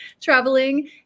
traveling